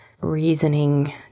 reasoning